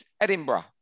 Edinburgh